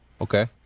Okay